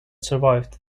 survived